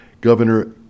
Governor